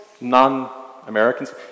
non-Americans